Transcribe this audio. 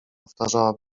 powtarzała